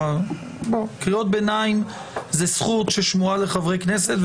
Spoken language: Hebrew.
קריאות ביניים זו זכות ששמורה לחברי כנסת,